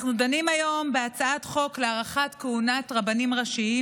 אנחנו דנים היום בהצעת חוק להארכת כהונת רבנים ראשיים.